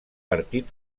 partit